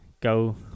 go